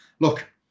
Look